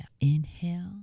Inhale